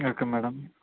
okay madam